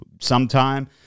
sometime